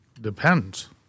Depends